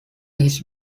his